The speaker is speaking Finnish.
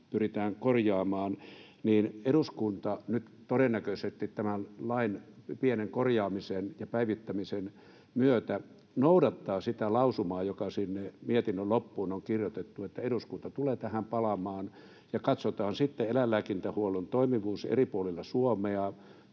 pyritään korjaamaan — niin eduskunta nyt todennäköisesti tämän lain pienen korjaamisen ja päivittämisen myötä noudattaa sitä lausumaa, joka sinne mietinnön loppuun on kirjoitettu, että eduskunta tulee tähän palaamaan ja katsotaan sitten eläinlääkintähuollon toimivuus eri puolilla Suomea,